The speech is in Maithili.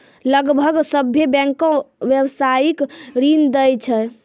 लगभग सभ्भे बैंकें व्यवसायिक ऋण दै छै